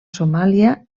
somàlia